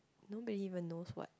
no they even knows what